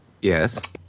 Yes